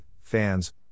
Fans